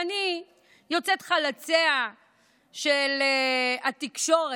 אני יוצאת חלציה של התקשורת,